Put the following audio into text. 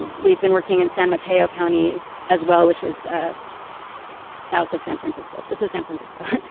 we've been working in san mateo county as well which is, south of san francisco. this is san francisco,